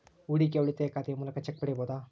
ಹೂಡಿಕೆಯ ಉಳಿತಾಯ ಖಾತೆಯ ಮೂಲಕ ಚೆಕ್ ಪಡೆಯಬಹುದಾ?